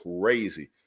crazy